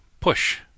push